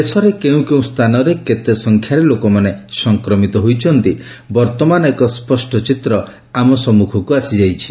ଦେଶରେ କେଉଁ କେଉଁ ସ୍ଥାନରେ କେତେ ସଂଖ୍ୟାରେ ଲୋକମାନେ ସଂକ୍ରମିତ ହୋଇଛନ୍ତି ବର୍ତ୍ତମାନ ଏକ ସ୍ୱଷ୍ଟ ଚିତ୍ର ଆମ ସମ୍ମୁଖକୁ ଆସିଯାଇଛି